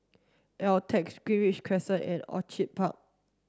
Altez Greenridge Crescent and Orchid Park